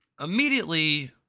immediately